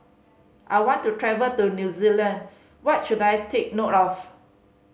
I want to travel to New Zealand What should I take note of